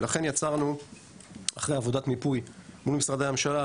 ולכן אחרי עבודת מיפוי מול משרדי הממשלה,